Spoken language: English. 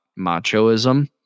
machoism